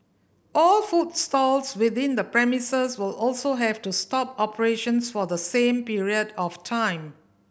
all food stalls within the premises will also have to stop operations for the same period of time